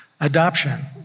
Adoption